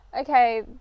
Okay